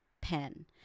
pen